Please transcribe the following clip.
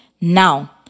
Now